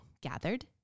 gathered